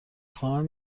خواهم